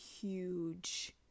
huge